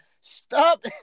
Stop